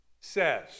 says